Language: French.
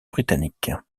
britannique